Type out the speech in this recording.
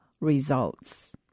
results